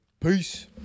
Peace